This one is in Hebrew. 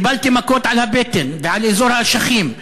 קיבלתי מכות בבטן ובאזור האשכים,